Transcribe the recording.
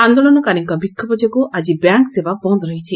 ଆନ୍ଦୋଳନକାରୀଙ୍ଙ ବିକ୍ଷୋଭ ଯୋଗୁଁ ଆଜି ବ୍ୟାଙ୍କ ସେବା ବନ୍ଦ ରହିଛି